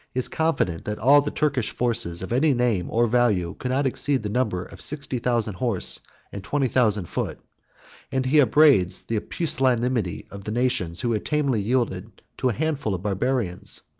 is confident, that all the turkish forces of any name or value could not exceed the number of sixty thousand horse and twenty thousand foot and he upbraids the pusillanimity of the nations, who had tamely yielded to a handful of barbarians.